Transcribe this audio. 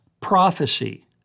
prophecy